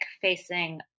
facing